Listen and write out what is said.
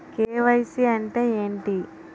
KYC అంటే ఏంటి?